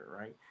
Right